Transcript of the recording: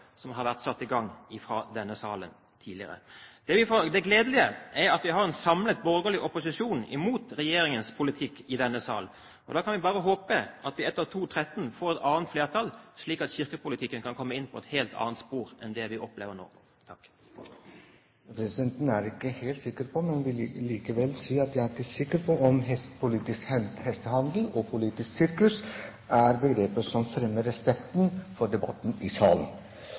som har vært satt i gang fra denne salen tidligere. Det gledelige er at vi har en samlet borgerlig opposisjon mot regjeringens politikk i denne salen. Da kan vi bare håpe at vi etter 2013 får et annet flertall, slik at kirkepolitikken kan komme inn på et helt annet spor enn vi opplever nå. Presidenten er ikke helt sikker på om «politisk hestehandel» og «politisk sirkus» er begreper som fremmer respekten for debatten i salen. Den norske statskirken er i utvikling – en positiv utvikling, vil jeg si – i